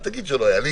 אל תגיד שלא היה.